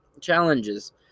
challenges